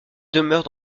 demeure